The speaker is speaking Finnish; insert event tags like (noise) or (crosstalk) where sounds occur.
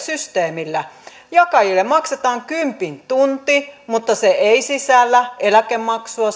(unintelligible) systeemillä jakajille maksetaan kymppi tunnilta mutta se ei sisällä eläkemaksua (unintelligible)